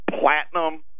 platinum